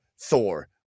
Thor